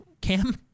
cam